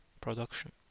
production